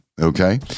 Okay